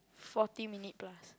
forty minute plus